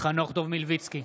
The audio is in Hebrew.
חנוך דב מלביצקי,